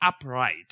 upright